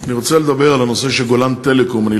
אני רוצה לדבר על הנושא של "גולן טלקום".